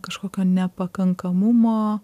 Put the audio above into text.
kažkokio nepakankamumo